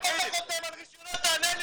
תענה לי.